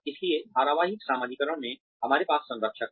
इसलिए धारावाहिक समाजीकरण में हमारे पास संरक्षक हैं